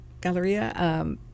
Galleria